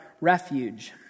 refuge